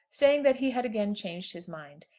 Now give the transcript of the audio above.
saying that he had again changed his mind.